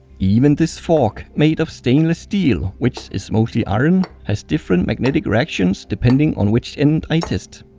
even this fork made of stainless steel which is mostly iron has different magnetic reactions depending on which end i test.